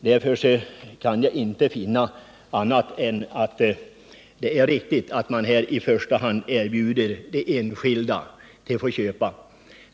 Därför kan jag inte finna annat än att det är riktigt att här i första hand erbjuda de enskilda att få köpa mark.